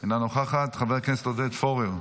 אינה נוכחת, חבר הכנסת עודד פורר,